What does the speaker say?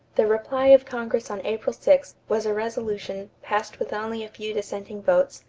the reply of congress on april six was a resolution, passed with only a few dissenting votes,